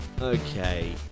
okay